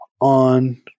on